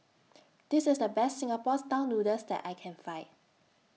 This IS The Best Singapore Style Noodles that I Can Find